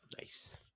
Nice